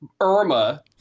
irma